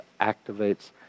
activates